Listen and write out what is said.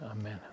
amen